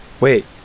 wait